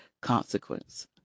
consequence